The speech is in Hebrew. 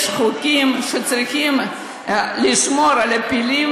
יש חוקים שצריכים לשמור על הפילים,